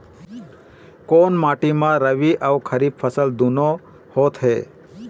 कोन माटी म रबी अऊ खरीफ फसल दूनों होत हे?